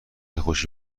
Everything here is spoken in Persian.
خوشی